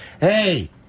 hey